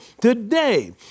Today